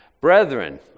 Brethren